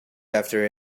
after